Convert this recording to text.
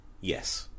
yes